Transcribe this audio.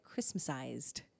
Christmasized